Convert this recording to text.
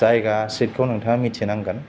जायगा सितखौ नोंथाङा मिथिनांगोन